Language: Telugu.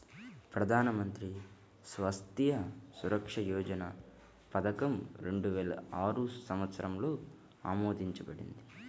ప్రధాన్ మంత్రి స్వాస్థ్య సురక్ష యోజన పథకం రెండు వేల ఆరు సంవత్సరంలో ఆమోదించబడింది